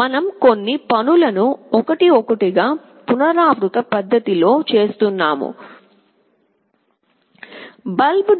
మనం కొన్ని పనులను ఒక్కొక్కటిగా పునరావృత పద్ధతి లో చేస్తున్నాము